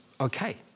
okay